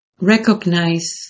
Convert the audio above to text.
Recognize